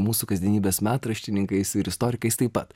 mūsų kasdienybės metraštininkais ir istorikais taip pat